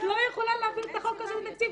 את לא יכולה להעביר את החוק הזה בלי תקציב,